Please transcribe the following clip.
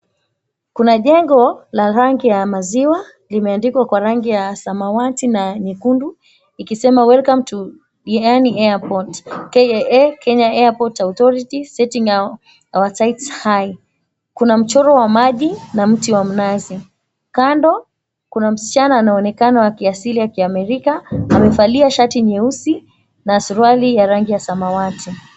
Kuna jengo la rangi ya maziwa limeandikwa kwa ramgi ya samawati na ya nyekundu ikisema Welcome to Diani Airport KAA, Kenya Airport Authorities, Setting our Tight High. Kuna mchoro wa maji na mti wa mnazi, kando kuna msichana anaonekana wa kiasili ya kiamerika amevalia shati nyeusi na suruali ya rangi ya samawati.